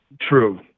True